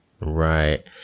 Right